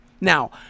Now